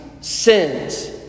sins